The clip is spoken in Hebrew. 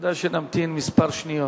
כדאי שנמתין כמה שניות.